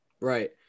Right